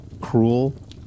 cruel